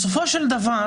בסופו של דבר